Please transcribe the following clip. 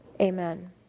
Amen